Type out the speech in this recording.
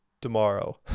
tomorrow